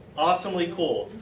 awesomely cool.